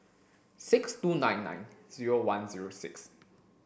six two nine nine zero one zero six